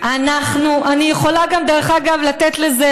אני יכולה להוסיף עוד כמה דברים.